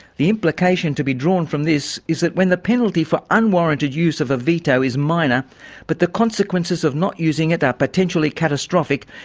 the implication to be drawn from this is that when the penalty for unwarranted use of a veto is minor but the consequences of not using it are potentially catastrophic,